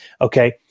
okay